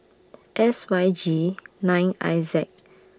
S Y G nine I Z